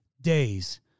days